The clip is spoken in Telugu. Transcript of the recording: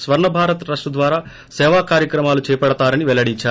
స్వర్ణ భారత్ ట్రస్టు ద్వారా సేవా కార్యక్రమాలు చేపడతారని వెల్లడించారు